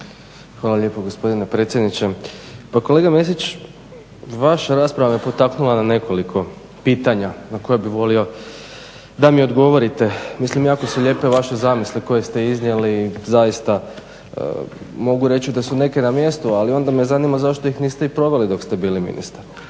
Hvala lijepo gospodine predsjedniče. Pa kolega Mesić, vaša rasprava me potaknula na nekoliko pitanja na koja bih volio da mi odgovorite. Mislim jako su lijepe vaše zamisli koje ste iznijeli zaista mogu reći da su neke na mjestu. Ali onda me zanima zašto ih niste i proveli dok ste i bili ministar.